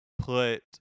put